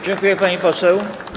Dziękuję, pani poseł.